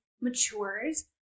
matures